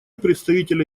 представителя